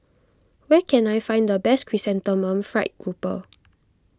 where can I find the best Chrysanthemum Fried Grouper